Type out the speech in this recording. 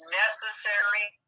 necessary